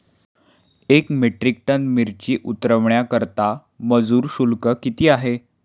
एक metric tonne मिरची उतरवण्याकरता मजूर शुल्क किती आहे?